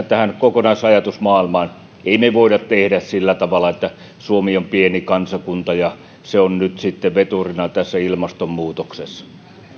tähän kokonaisajatusmaailmaan emme me voi tehdä sillä tavalla että kun suomi on pieni kansakunta se on nyt sitten veturina tässä ilmastonmuutoksessa